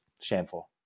Shameful